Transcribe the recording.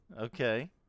okay